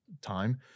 time